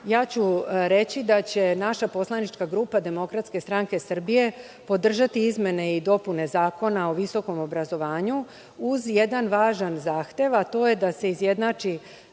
ja ću reći da će naša poslanička grupa DSS podržati izmene i dopune Zakona o visokom obrazovanju uz jedan važan zahtev, a to je da se izjednači